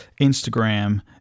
Instagram